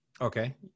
Okay